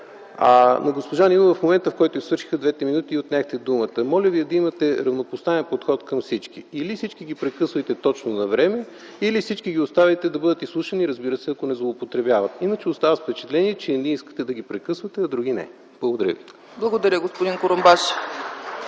На госпожа Нинова в момента, в който й свършиха двете минути, й отнехте думата. Моля да имате равнопоставен подход към всички – или всички ги прекъсвайте точно навреме, или всички ги оставяйте да бъдат изслушани, разбира се, ако не злоупотребяват. Иначе се остава с впечатление, че едни искате да прекъсвате, а други – не. Благодаря. (Ръкопляскания от